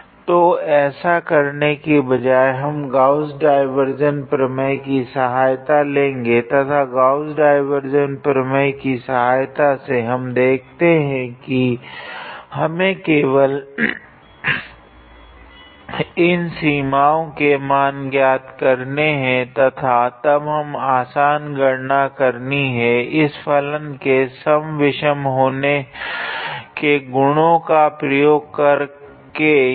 तो ऐसा करने की बजाए हम गॉस डाइवार्जेंस प्रमेय की सहायता लेगे तथा गॉस डाइवार्जेंस प्रमेय की सहायता से हम देखते है की हमें केवल इन सीमाओं के मान ज्ञात करने है तथा तब यह आसन गणना करनी है इस फलन के सम विषम होने के गुणों का प्रयोग कर के यहाँ